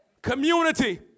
Community